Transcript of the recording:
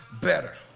better